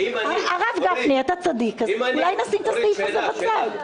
הרב גפני, אולי נשים את הסעיף את הזה בצד?